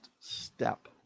step